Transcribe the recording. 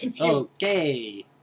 Okay